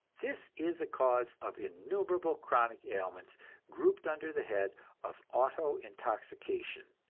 this is a cause of innumerable chronic ailments grouped under the head of auto-intoxication,